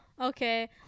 Okay